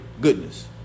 goodness